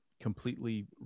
completely